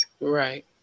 Right